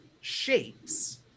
shapes